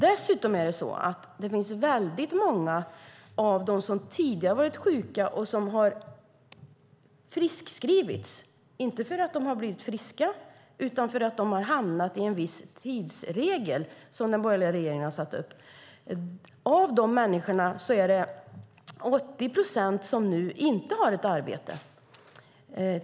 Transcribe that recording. Dessutom är det många av dem som tidigare har varit sjuka som har friskskrivits, inte för att de har blivit friska utan för att de har drabbats av den tidsregel som den borgerliga regeringen har satt upp. Av dessa människor är det 80 procent som nu inte har ett arbete.